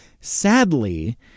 Sadly